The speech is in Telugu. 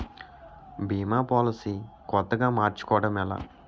భీమా పోలసీ కొత్తగా మార్చుకోవడం ఎలా?